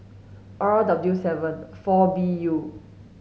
R W seven four B U